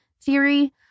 theory